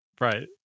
Right